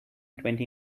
twenty